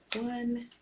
one